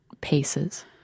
paces